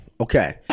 Okay